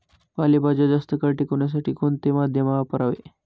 पालेभाज्या जास्त काळ टिकवण्यासाठी कोणते माध्यम वापरावे?